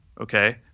okay